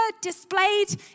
displayed